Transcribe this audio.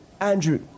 Andrew